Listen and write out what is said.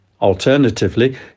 Alternatively